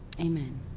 Amen